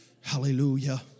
Hallelujah